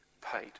paid